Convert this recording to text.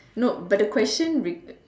no but the question req~